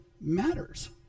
matters